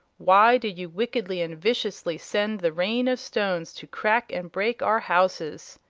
why did you wickedly and viciously send the rain of stones to crack and break our houses?